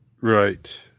Right